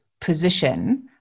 position